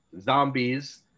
zombies